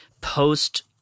post